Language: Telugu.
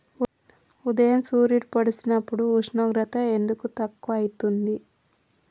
ఉదయం సూర్యుడు పొడిసినప్పుడు ఉష్ణోగ్రత ఎందుకు తక్కువ ఐతుంది?